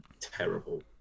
terrible